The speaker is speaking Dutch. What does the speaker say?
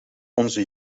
onze